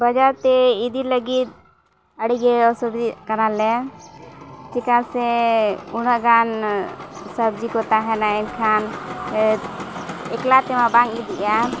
ᱵᱟᱡᱟᱨ ᱛᱮ ᱤᱫᱤ ᱞᱟᱹᱜᱤᱫ ᱟᱹᱰᱤ ᱜᱮ ᱚᱥᱩᱵᱤᱫᱷᱟᱜ ᱠᱟᱱᱟᱞᱮ ᱪᱮᱫᱟᱜ ᱥᱮ ᱩᱱᱟᱹᱜ ᱜᱟᱱ ᱥᱚᱵᱽᱡᱤ ᱠᱚ ᱛᱟᱦᱮᱱᱟ ᱮᱱᱠᱷᱟᱱ ᱮᱠᱞᱟ ᱛᱮᱢᱟ ᱵᱟᱝ ᱤᱫᱤᱜᱼᱟ